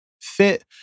fit